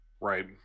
Right